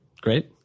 Great